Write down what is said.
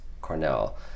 Cornell